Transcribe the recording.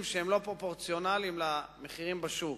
שהם לא פרופורציונליים למחירים בשוק.